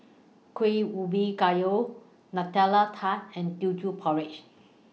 Kueh Ubi Kayu Nutella Tart and Teochew Porridge